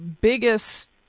Biggest